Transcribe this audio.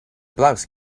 blouse